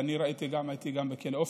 הייתי גם בכלא אופק,